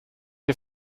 die